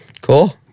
Cool